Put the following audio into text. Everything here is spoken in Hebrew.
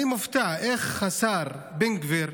אני מופתע איך השר בן גביר,